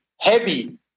heavy